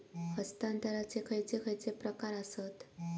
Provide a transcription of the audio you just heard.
हस्तांतराचे खयचे खयचे प्रकार आसत?